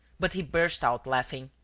but he burst out laughing.